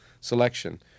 selection